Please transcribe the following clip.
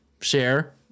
share